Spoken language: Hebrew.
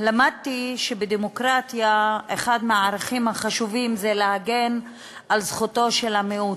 למדתי שאחד הערכים החשובים בדמוקרטיה זה להגן על זכותו של המיעוט,